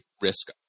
risk